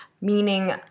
meaning